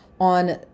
On